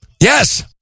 Yes